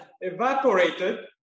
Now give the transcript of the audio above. evaporated